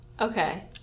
Okay